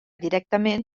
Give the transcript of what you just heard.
directament